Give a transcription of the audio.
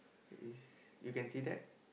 is you can see that